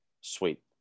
Sweet